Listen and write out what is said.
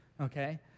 okay